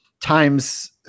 times